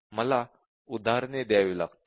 मला उदाहरणे द्यावी लागतील